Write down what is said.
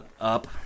up